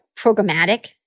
programmatic